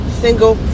single